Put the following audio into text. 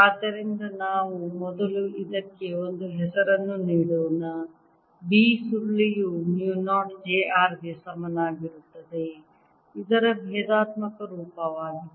ಆದ್ದರಿಂದ ನಾವು ಮೊದಲು ಇದಕ್ಕೆ ಒಂದು ಹೆಸರನ್ನು ನೀಡೋಣ B ಸುರುಳಿಯು ಮು 0 j r ಗೆ ಸಮನಾಗಿರುತ್ತದೆ ಇದರ ಭೇದಾತ್ಮಕ ರೂಪವಾಗಿದೆ